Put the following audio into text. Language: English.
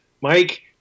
Mike